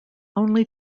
only